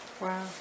Wow